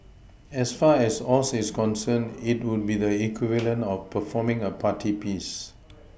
as far as Oz is concerned it would be the equivalent of performing a party piece